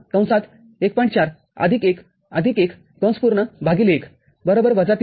४ १ १ १ ३